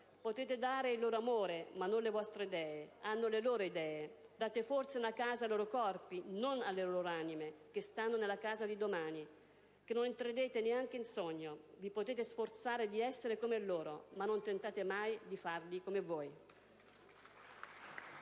Potete dare loro il vostro amore, ma non le vostre idee. Hanno le loro idee. Date forse una casa ai loro corpi, non alle loro anime che stanno nella casa di domani che non entrerete neanche in sogno. Vi potete sforzare d'essere come loro. Ma non tentate mai di farli come voi».